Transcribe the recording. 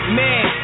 man